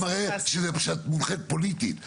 זה מראה שאת מונחית פוליטית.